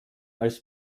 als